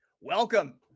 welcome